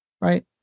right